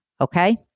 Okay